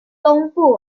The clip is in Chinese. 东部